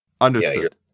Understood